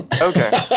Okay